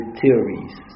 theories